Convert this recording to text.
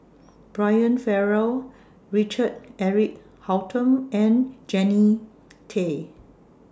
Brian Farrell Richard Eric Holttum and Jannie Tay